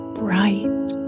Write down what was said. bright